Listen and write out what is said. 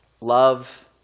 love